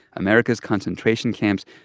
america's concentration camps,